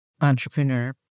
entrepreneur